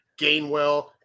Gainwell